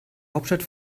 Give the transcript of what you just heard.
hauptstadt